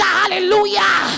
hallelujah